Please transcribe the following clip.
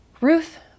Ruth